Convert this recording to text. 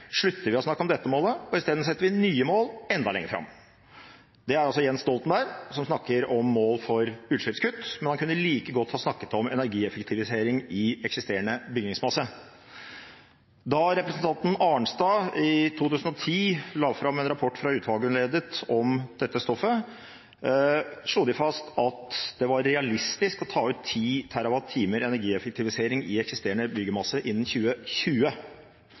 slutter vi å snakke om dette målet, og setter i stedet nye mål enda lenger fram.» Det er altså Jens Stoltenberg som snakker om mål for utslippskutt. Han kunne like godt snakket om energieffektivisering i eksiterende bygningsmasse. Da representanten Arnstad i 2010 la fram en rapport fra utvalget hun ledet om dette stoffet, slo de fast at det var realistisk å ta ut 10 TWh energieffektivisering i eksisterende bygningsmasse innen 2020.